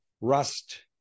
rust